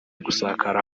gusakara